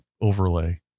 overlay